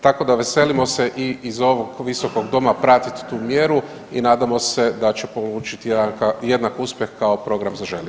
Tako da veselimo se i iz ovog visokog doma pratit tu mjeru i nadamo se da će polučit jednak uspjeh kao program za…